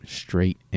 straight